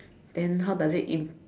then how does it in~